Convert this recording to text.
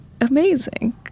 amazing